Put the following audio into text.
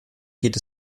geht